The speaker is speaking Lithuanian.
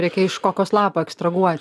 reikia iš kokos lapų ekstrahuot